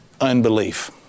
unbelief